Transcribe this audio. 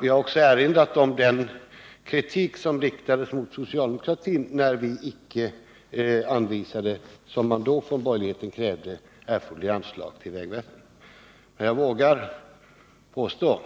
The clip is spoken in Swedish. Vi har också erinrat om den kritik som riktades mot socialdemokratin när vi icke anvisade — som borgerligheten då krävde — erforderliga anslag till vägväsendet, men jag vågar påstå